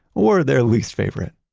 or their least favorite.